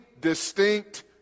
distinct